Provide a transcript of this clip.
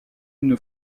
une